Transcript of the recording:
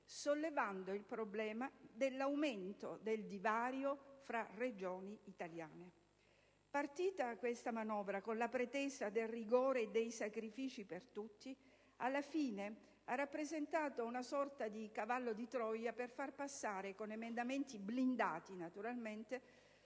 sollevando il problema dell'aumento del divario tra regioni italiane. Partita questa manovra con la pretesa del rigore e dei sacrifici per tutti, alla fine ha rappresentato una sorta di cavallo di Troia per far passare con emendamenti blindati provvedimenti